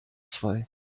zwei